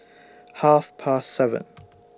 Half Past seven